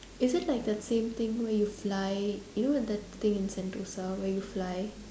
is it like the same thing where you fly you know that thing in Sentosa where you fly